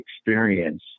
experience